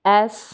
S